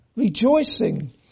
Rejoicing